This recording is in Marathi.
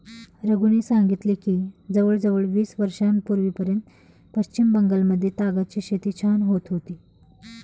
रघूने सांगितले की जवळजवळ वीस वर्षांपूर्वीपर्यंत पश्चिम बंगालमध्ये तागाची शेती छान होत होती